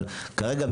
אבל כרגע,